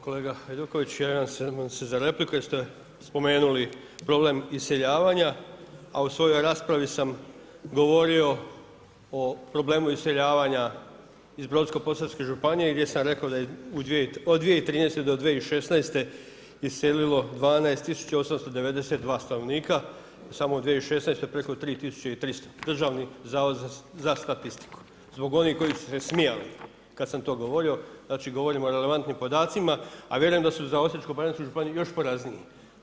Kolega Hajduković, javljam vam se za repliku jer ste spomenuli problem iseljavanja, a u svojoj raspravi sam govorio o problemu iseljavanja iz Brodsko-posavske županije gdje sam rekao da je od 2013. do 2016. iselilo 12892 stanovnika, samo u 2016. preko 3300, Državni zavod za statistiku. zbog onih koji su se smijali kad sam to govorio, znači, govorim o relevantnim podacima, a vjerujem da su za Osječko-baranjsku županiju još porazniji.